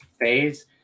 phase